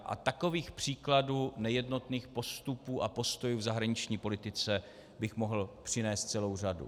A takových příkladů nejednotných postupů a postojů v zahraniční politice bych mohl přinést celou řadu.